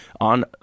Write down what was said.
on